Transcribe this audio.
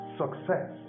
success